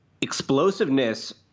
explosiveness